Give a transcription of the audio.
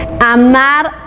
amar